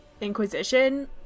Inquisition